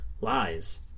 lies